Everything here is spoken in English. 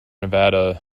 nevada